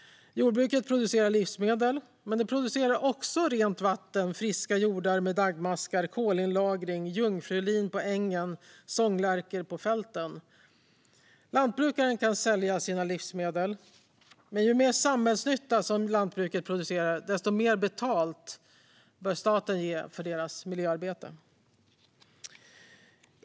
Jordbruket producerar livsmedel, men det producerar också rent vatten, friska jordar med daggmaskar, kolinlagring, jungfrulin på ängen och sånglärkor på fälten. Lantbrukaren kan sälja sina livsmedel, men ju mer samhällsnytta som lantbruket producerar, desto mer betalt bör staten ge det för dess miljöarbete.